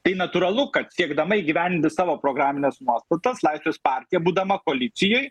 kai natūralu kad siekdama įgyvendinti savo programines nuostatas laisvės partija būdama koalicijoj